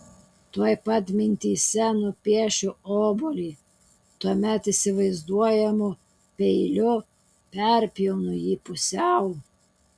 tuoj pat mintyse nupiešiu obuolį tuomet įsivaizduojamu peiliu perpjaunu jį pusiau